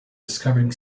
discovering